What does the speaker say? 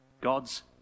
God's